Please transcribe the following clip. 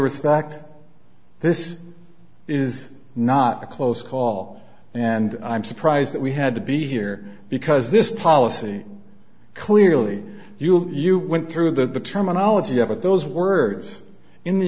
respect this is not a close call and i'm surprised that we had to be here because this policy clearly you went through that the terminology of it those words in the